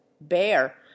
bear